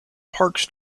parks